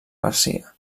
garcia